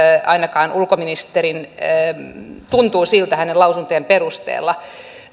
ainakaan ulkoministerin lausuntojen perusteella